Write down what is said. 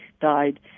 died